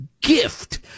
gift